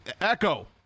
Echo